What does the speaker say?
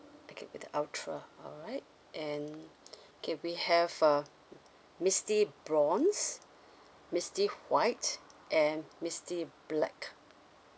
okay with the ultra alright and okay we have a misty bronze misty white and misty black